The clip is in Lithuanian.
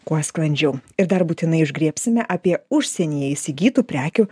kuo sklandžiau ir dar būtinai užgriebsime apie užsienyje įsigytų prekių